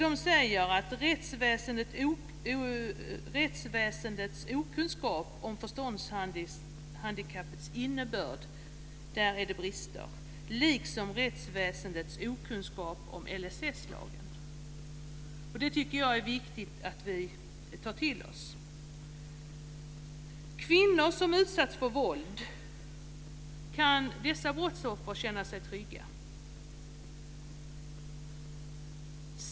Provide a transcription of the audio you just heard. De säger att rättsväsendets kunskap om förståndshandikappets innebörd är bristande, likaså när det gäller rättsväsendets kunskap om LSS-lagen. Det tycker jag är viktigt att vi tar till oss. Kan kvinnor som har utsatts för våld, dessa brottsoffer, känna sig trygga?